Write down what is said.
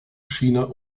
china